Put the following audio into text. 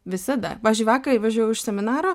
visada pavyzdžiui vakar įvažiavau iš seminaro